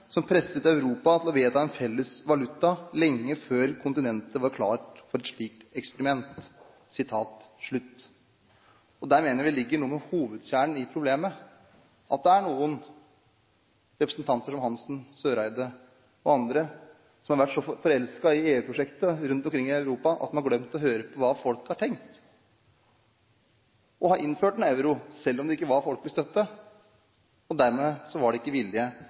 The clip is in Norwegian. som presset Europa til å vedta en felles valuta lenge før kontinentet var klart for et slikt eksperiment.» Der mener jeg vi er ved noe av hovedkjernen i problemet, at det er noen representanter rundt omkring i Europa – slike som Svein Roald Hansen, Eriksen Søreide og andre – som har vært så forelsket i EU-prosjektet at de har glemt å høre på hva folk har tenkt, og har innført en euro selv om det ikke var støtte i folket for det, og dermed var det ikke